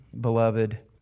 beloved